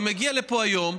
אני מגיע לפה היום,